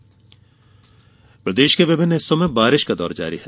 मौसम वर्षा प्रदेश के विभिन्न हिस्सों में बारिश का दौर जारी है